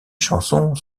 chansons